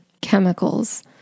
chemicals